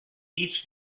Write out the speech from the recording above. each